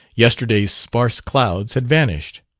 yesterday's sparse clouds had vanished,